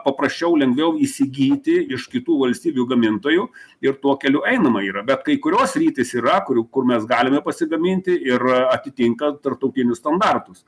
paprasčiau lengviau įsigyti iš kitų valstybių gamintojų ir tuo keliu einama yra bet kai kurios sritys yra kurių kur mes galime pasigaminti ir atitinka tarptautinius standartus